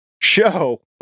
show